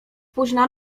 późna